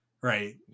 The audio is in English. right